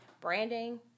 branding